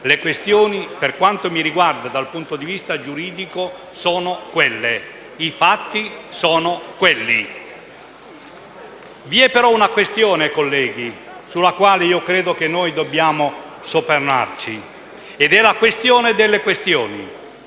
le questioni dal punto di vista giuridico sono quelle; i fatti sono quelli. Vi è, però, una questione, colleghi, sulla quale credo che dobbiamo soffermarci, ed è la questione delle questioni,